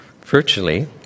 virtually